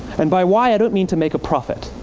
and by why i don't mean to make a profit.